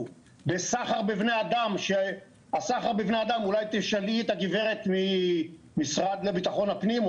בסחר בבני אדם שהסחר בבני אדם אולי תשאלי את הגברת ממשרד לביטחון הפנים,